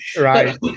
Right